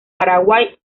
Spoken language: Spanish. paraguay